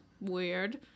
weird